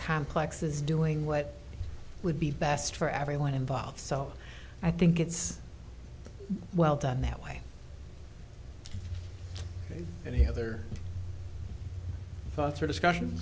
complex is doing what would be best for everyone involved so i think it's well done that way any other thoughts or discussion